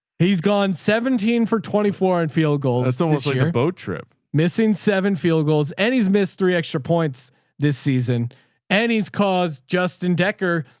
he's gone seventeen for twenty four and field goals, so so yeah boat trip, missing seven field goals. and he's missed three extra points this season and he's caused justin decker.